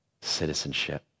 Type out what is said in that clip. citizenship